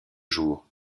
jours